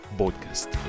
podcast